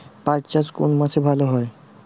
পাট চাষ কোন মাসে ভালো হয়?